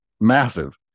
massive